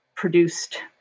produced